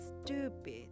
stupid